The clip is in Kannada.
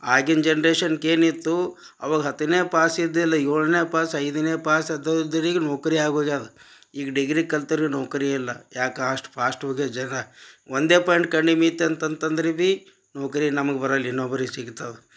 ಆಗಿನ ಜನ್ರೇಷನ್ಗೇನಿತ್ತು ಅವಾಗ ಹತ್ತನೇ ಪಾಸ್ ಇದ್ದಿಲ್ಲ ಏಳನೇ ಪಾಸ್ ಐದನೇ ಪಾಸ್ ಅದು ಅದ್ರಿಗೆ ನೌಕರಿ ಆಗೋದು ಆಗ ಈಗ ಡಿಗ್ರಿ ಕಲ್ತೋರಿಗೆ ನೌಕರಿ ಇಲ್ಲ ಯಾಕೆ ಅಷ್ಟು ಫಾಶ್ಟ್ ಹೋಗ್ಯಾರ ಜನ ಒಂದೇ ಪಾಯಿಂಟ್ ಕಡಿಮಿ ಇತ್ತು ಅಂತಂತ ಅಂದ್ರೂ ಭಿ ನೌಕರಿ ನಮ್ಗೆ ಬರಲ್ಲ ಇನ್ನೊಬ್ರಿಗೆ ಸಿಗ್ತಾವೆ